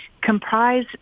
comprise